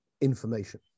information